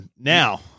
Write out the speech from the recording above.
now